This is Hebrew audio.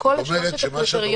אבל לא עם התוספת.